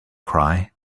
cry